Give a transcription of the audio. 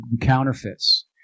counterfeits